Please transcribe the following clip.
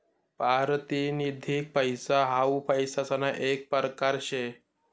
पारतिनिधिक पैसा हाऊ पैसासना येक परकार शे